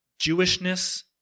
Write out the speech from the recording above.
Jewishness